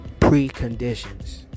preconditions